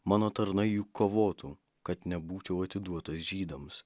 mano tarnai juk kovotų kad nebūčiau atiduotas žydams